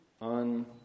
on